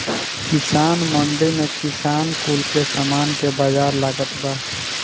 किसान मंडी में किसान कुल के सामान के बाजार लागता बा